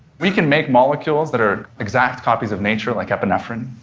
we can make molecules that are exact copies of nature, like epinephrine,